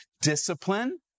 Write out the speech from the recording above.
discipline